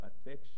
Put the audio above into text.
affection